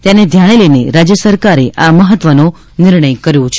તેને ધ્યાને લઈને રાજ્ય સરકારે આ મહત્વનો નિર્ણય કર્યો છે